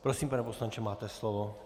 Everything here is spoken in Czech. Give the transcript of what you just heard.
Prosím, pane poslanče, máte slovo.